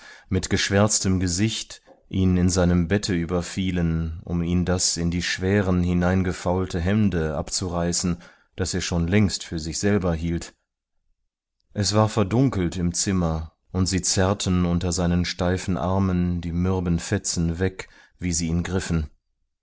mit geschwärztem gesicht ihn in seinem bette überfielen um ihm das in die schwären hineingefaulte hemde abzureißen das er schon längst für sich selber hielt es war verdunkelt im zimmer und sie zerrten unter seinen steifen armen die mürben fetzen weg wie sie sie griffen